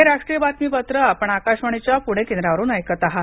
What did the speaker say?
हे राष्ट्रीय बातमीपत्र आपण आकाशवाणीच्या पुणे केंद्रावरून ऐकत आहात